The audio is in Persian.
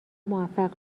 موفق